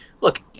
Look